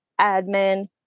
admin